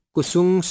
Kusung